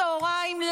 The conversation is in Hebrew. צוהריים,